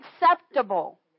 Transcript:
acceptable